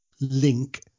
link